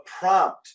prompt